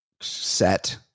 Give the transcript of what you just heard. set